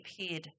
appeared